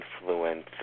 influence